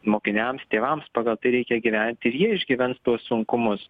mokiniams tėvams pagal tai reikia gyventi ir jie išgyvens tuos sunkumus